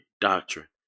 doctrine